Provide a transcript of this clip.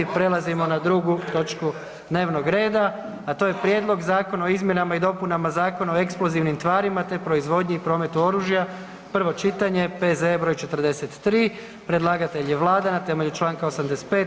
Prelazimo na drugu točku dnevnog reda, a to je: - Prijedlog zakona o izmjenama i dopunama Zakona o eksplozivnim tvarima te proizvodnji i prometu oružja, prvo čitanje, P.Z.E. br. 43 Predlagatelj je Vlada RH na temelju čl. 85.